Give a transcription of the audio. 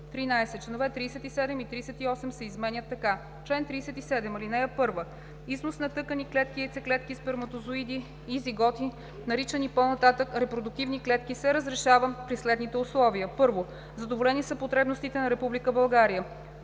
13. Членове 37 и 38 се изменят така: „Чл. 37. (1) Износ на тъкани, клетки и яйцеклетки, сперматозоиди и зиготи, наричани по-нататък „репродуктивни клетки“, се разрешава при следните условия: 1. задоволени са потребностите на Република